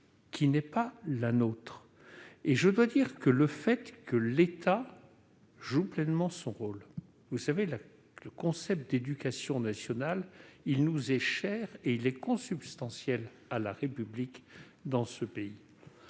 qui n'est pas la nôtre. Le fait que l'État joue pleinement son rôle- vous savez que le concept d'éducation nationale nous est cher et est consubstantiel à la République dans ce pays